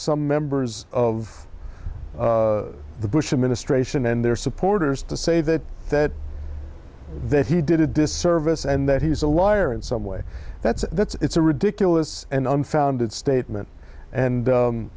some members of the bush administration and their supporters to say that that that he did a disservice and that he's a liar in some way that's that's it's a ridiculous and unfounded statement and